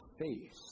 face